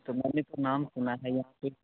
तो मैंने तो नाम सुना है यहाँ पर